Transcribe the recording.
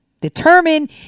determine